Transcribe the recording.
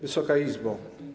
Wysoka Izbo!